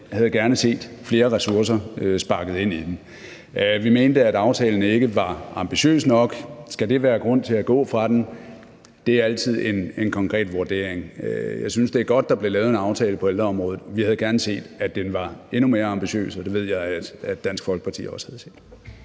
vi gerne havde set flere ressourcer sparket ind i den. Vi mente, at aftalen ikke var ambitiøs nok. Skal det være grund til at gå fra den? Det er altid en konkret vurdering. Jeg synes, det er godt, at der blev lavet en aftale på ældreområdet. Vi havde gerne set, at den var endnu mere ambitiøs, og det ved jeg at Dansk Folkeparti også gerne havde set.